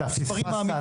אתה פספסת,